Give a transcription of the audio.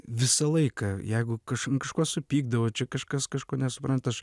visą laiką jeigu kaž ant kažko supykdavau čia kažkas kažko nesupranta aš